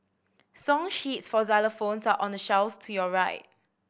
song sheets for xylophones are on the shelves to your right